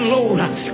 Lord